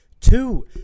two